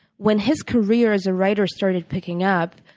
when his career as a writer started picking up,